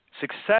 success